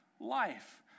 life